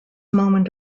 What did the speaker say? moment